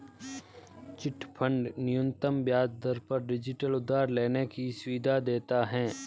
chit fund न्यूनतम ब्याज दर पर डिजिटल उधार लेने की सुविधा देता है